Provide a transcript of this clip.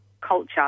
Culture